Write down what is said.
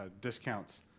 discounts